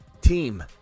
team